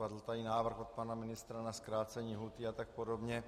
Padl tady návrh od pana ministra na zkrácení lhůty a tak podobně.